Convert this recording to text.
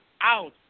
out